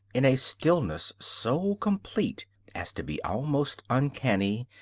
in a stillness so complete as to be almost uncanny,